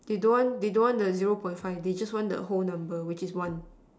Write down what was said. they don't want they don't want the zero point five they just want the whole number which is one